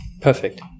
Perfect